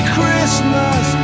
Christmas